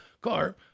car